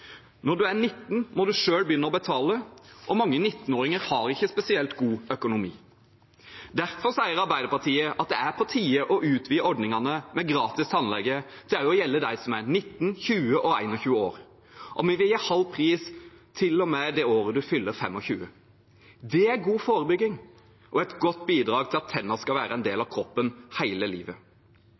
Når du er 19, må du begynne å betale selv, og mange 19-åringer har ikke spesielt god økonomi. Derfor sier Arbeiderpartiet at det er på tide å utvide ordningene med gratis tannlege til også å gjelde dem som er 19, 20 og 21 år. Og vi vil gi halv pris til og med det året du fyller 25. Det er god forebygging og et godt bidrag til at tennene skal være en del av kroppen hele livet.